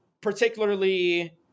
particularly